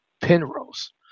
Penrose